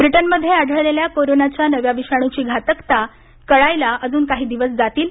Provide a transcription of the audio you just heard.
Britain मध्ये आढळेल्या कोरोनाच्या नव्या विषाणुची घातकता कळायला अजुन काही दिवस जातील